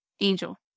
Angel